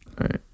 right